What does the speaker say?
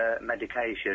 medication